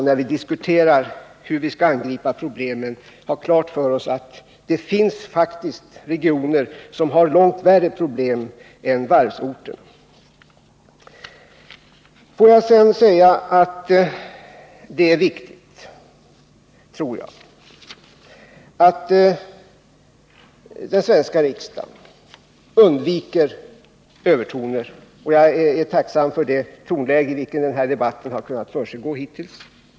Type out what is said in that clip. När vi diskuterar hur vi skall angripa problemen, måste vi ha klart för oss att det faktiskt finns regioner som har långt värre problem än varvsorterna. Jag tror det är viktigt att den svenska riksdagen undviker övertoner. Jag är tacksam för det tonläge i vilket denna debatt hittills har kunnat försiggå.